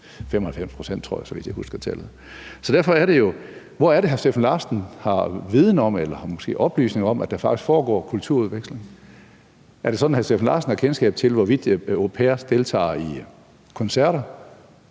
95 pct. er filippinere, så vidt jeg husker tallet. Hvorfra er det, hr. Steffen Larsen har viden om eller måske oplysninger om, at der faktisk foregår en kulturudveksling? Er det sådan, at hr. Steffen Larsen har kendskab til, at au pairer går til koncerter,